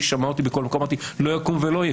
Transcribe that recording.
אני אמרתי שלא יקום ולא יהיה.